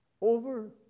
Over